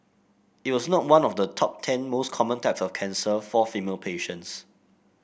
it was not one of the top ten most common types of cancer for female patients